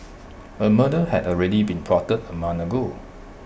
A murder had already been plotted A month ago